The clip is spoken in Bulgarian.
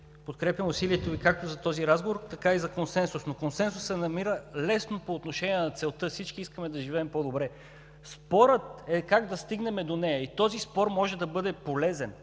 подкрепям усилието Ви както за този разговор, така и за консенсус, но консенсус се намира лесно по отношение на целта – всички искаме да живеем по-добре. Спорът е: как да стигнем до нея? Този спор може да бъде полезен